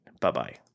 Bye-bye